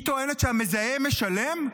היא טוענת שהמזהם משלם?